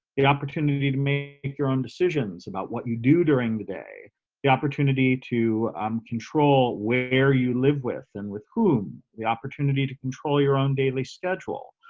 the opportunity to make your own decisions about what you do during the day the opportunity to um control where you live and with whom. the opportunity to control your own daily schedule,